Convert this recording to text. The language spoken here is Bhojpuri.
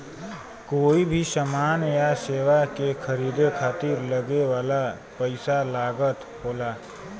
कोई भी समान या सेवा के खरीदे खातिर लगे वाला पइसा लागत होला